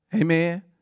amen